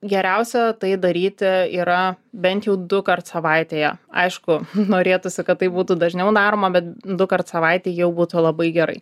geriausia tai daryti yra bent jau dukart savaitėje aišku norėtųsi kad tai būtų dažniau daroma bet dukart savaitėj jau būtų labai gerai